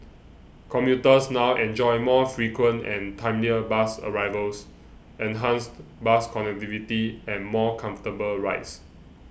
commuters now enjoy more frequent and timelier bus arrivals enhanced bus connectivity and more comfortable rides